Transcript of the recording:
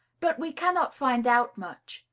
but we cannot find out much.